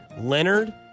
Leonard